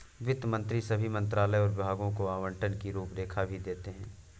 वित्त मंत्री सभी मंत्रालयों और विभागों को आवंटन की रूपरेखा भी देते हैं